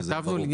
שזה יהיה ברור.